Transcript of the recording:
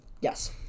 Yes